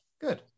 good